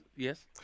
Yes